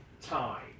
time